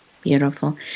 Beautiful